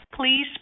please